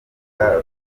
batavuga